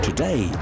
Today